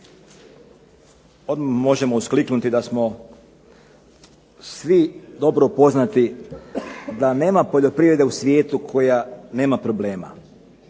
Odmah možemo uskliknuti da smo svi dobro upoznati da nema poljoprivrede u svijetu koja nema problema.